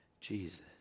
Jesus